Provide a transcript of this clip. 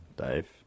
Dave